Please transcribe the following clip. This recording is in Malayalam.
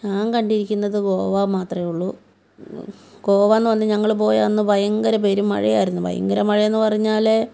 ഞാൻ കണ്ടിരിക്കുന്നത് ഗോവ മാത്രമേ ഉള്ളു ഗോവയെന്ന് പറഞ്ഞാൽ ഞങ്ങൾ പോയ അന്ന് ഭയങ്കര പെരുമഴയായിരുന്നു ഭയങ്കര മഴയെന്ന് പറഞ്ഞാൽ